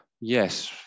Yes